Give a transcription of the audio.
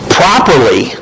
properly